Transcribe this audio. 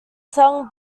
sang